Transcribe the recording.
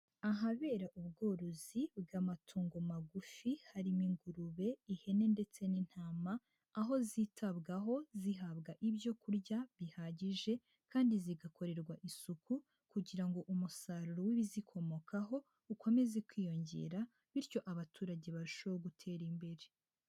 Ahabera ubworozi bw'amatungo magufi harimo ingurube, ihene ndetse n'intama, aho zitabwaho zihabwa ibyo kurya bihagije kandi zigakorerwa isuku kugira ngo umusaruro w'ibizikomokaho ukomeze kwiyongera, bityo abaturage barusheho gutera imbere.